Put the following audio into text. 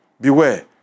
Beware